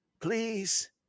please